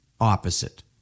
opposite